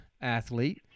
athlete